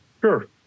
Sure